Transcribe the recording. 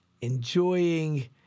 enjoying